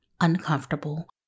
uncomfortable